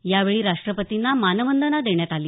यावेळी राष्ट्रपतींना मानवंदना देण्यात आली